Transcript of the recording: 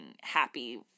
happy